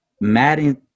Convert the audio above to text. madden